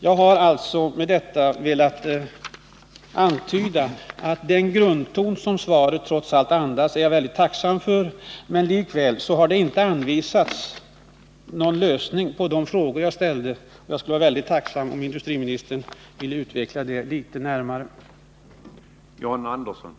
Jag är tacksam för den grundton som svaret trots allt andas, men det har inte anvisats någon lösning på de frågor som jag ställde. Därför skulle jag vara mycket tacksam om industriministern vill gå litet närmare in på problemen.